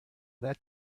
that